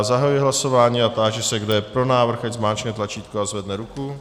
Zahajuji hlasování a táži se, kdo je pro návrh, ať zmáčkne tlačítko a zvedne ruku.